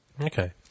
Okay